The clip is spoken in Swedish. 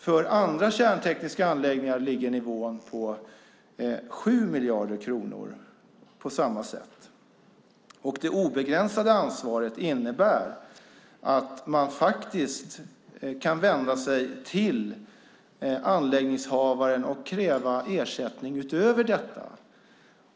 För andra kärntekniska anläggningar ligger nivån på samma sätt på 7 miljarder kronor. Det obegränsade ansvaret innebär att man kan vända sig till anläggningshavaren och kräva ersättning utöver detta.